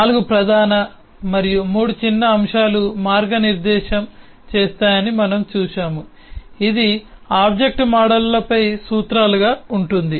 4 ప్రధాన మరియు 3 చిన్న అంశాలు మార్గనిర్దేశం చేస్తాయని మనము చూశాము ఇది ఆబ్జెక్ట్ మోడళ్లపై సూత్రాలుగా ఉంటుంది